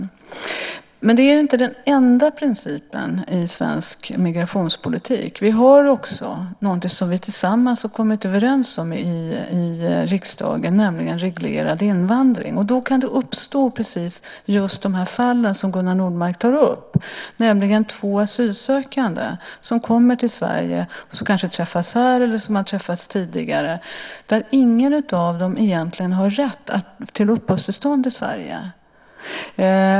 Men det är inte den enda principen i svensk migrationspolitik. Vi har också någonting som vi tillsammans har kommit överens om i riksdagen, nämligen reglerad invandring. Då kan det uppstå just sådana fall som Gunnar Nordmark tar upp, nämligen två asylsökande som kommer till Sverige och som kanske träffas här eller har träffats tidigare men där ingen av dem egentligen har rätt att få uppehållstillstånd i Sverige.